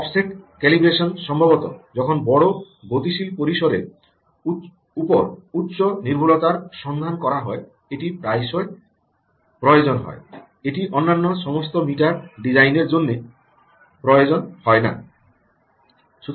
offset calibration সম্ভবত যখন বড় গতিশীল পরিসরের উপর উচ্চ নির্ভুলতার সন্ধান করা হয় এটি প্রায়শই প্রয়োজন হয় এটি অন্যান্য সমস্ত মিটার ডিজাইনের জন্য সাধারণত প্রয়োজন হয় না